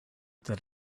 that